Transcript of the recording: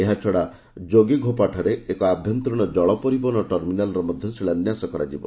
ଏହାଛଡା ଯୋଗିଘୋପା ଠାରେ ଏକ ଆଭ୍ୟନ୍ତରୀଣ ଜଳ ପରିବହନ ଟର୍ମିନାଲର ମଧ୍ୟ ଶିଳାନ୍ୟାସ କରାଯିବ